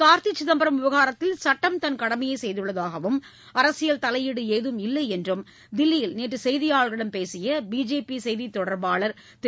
கார்த்தி சிதம்பரம் விவகாரத்தில் சட்டம் தன் கடமையைச் செய்துள்ளதாகவும் அரசியல் தலையீடு ஏதும் இல்லை என்றும் தில்லியில் நேற்று செய்தியாளர்களிடம் பேசிய பிஜேபி செய்தித் தொடர்பாளர் திரு